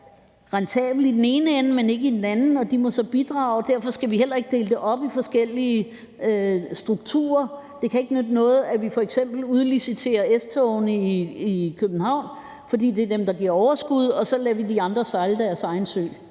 rentabel i den ene ende, men ikke i den anden ende, og de må så bidrage, og derfor skal vi heller ikke dele det op i forskellige strukturer. Det kan ikke nytte noget, at vi f.eks. udliciterer S-togene i København, fordi det er dem, der giver overskud, mens vi lader de andre sejle deres egen sø.